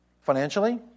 financially